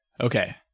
Okay